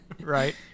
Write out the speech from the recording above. Right